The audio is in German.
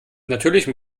natürlichem